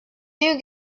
you